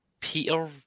Peter